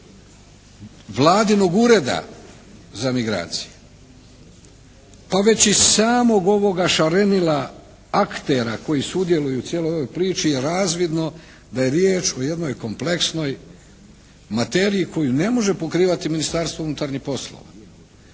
vladinog Ureda za migracije. Pa već iz samog ovoga šarenila aktera koji sudjeluju u cijeloj ovoj priči je razvidno da je riječ o jednoj kompleksnoj materiji koju ne može pokrivati Ministarstvo unutarnjih poslova.